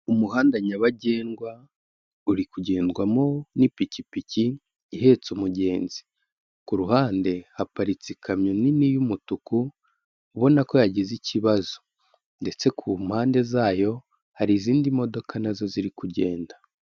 Umuhanda nyabagendwa uri kugendwamo n'ipikipiki ihetse umugenzi, ku ruhande haparitse ikamyo nini y'umutuku ubona ko yagize ikibazo, ndetse ku mpande zayo hari izindi modoka nazo ziri kugenda.